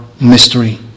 mystery